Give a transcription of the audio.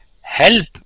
Help